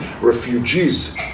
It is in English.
refugees